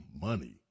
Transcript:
money